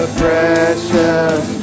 precious